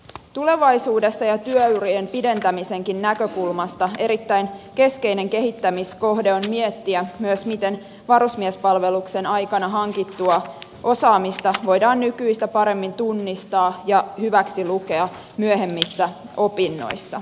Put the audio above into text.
tulevaisuuden ja työurien pidentämisenkin näkökulmasta erittäin keskeinen kehittämiskohde on miettiä myös miten varusmiespalveluksen aikana hankittua osaamista voidaan nykyistä paremmin tunnistaa ja hyväksilukea myöhemmissä opinnoissa